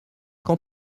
quand